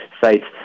sites